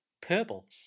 purple